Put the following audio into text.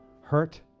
Hurt